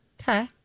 Okay